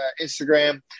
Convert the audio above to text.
Instagram